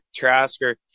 Trasker